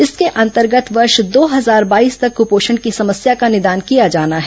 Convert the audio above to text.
इसके अंतर्गत वर्ष दो हजार बाईस तक कपोषण की समस्या का निदान किया जाना है